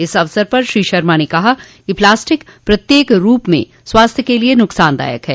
इस अवसर पर श्री शर्मा ने कहा कि प्लास्टिक प्रत्येक रूप में स्वास्थ्य के लिय नुकसानदायक है